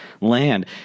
land